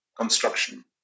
construction